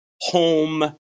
home